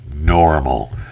normal